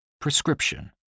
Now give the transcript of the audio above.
prescription